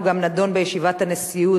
הוא גם נדון בישיבת הנשיאות.